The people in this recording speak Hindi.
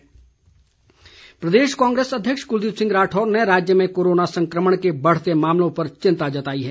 कलदीप राठौर प्रदेश कांग्रेस अध्यक्ष कुलदीप सिंह राठौर ने राज्य में कोरोना संकमण के बढ़ते मामलों पर चिंता जताई है